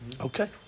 Okay